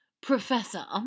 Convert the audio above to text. Professor